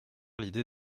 l’idée